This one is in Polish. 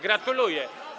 Gratuluję.